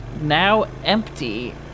now-empty